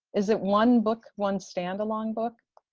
is it one book, one standalone book?